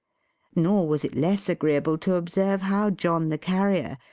nor was it less agreeable to observe how john the carrier,